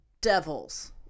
devils